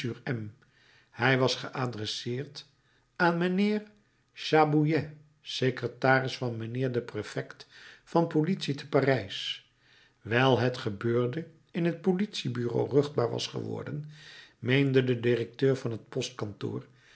hij was geadresseerd aan mijnheer chabouillet secretaris van mijnheer den prefect van politie te parijs wijl het gebeurde in het politiebureau ruchtbaar was geworden meenden de directeur van het